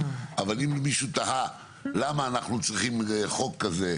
אבל אם מישהו תהה למה אנחנו צריכים חוק כזה,